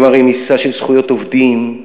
עם הרמיסה של זכויות עובדים,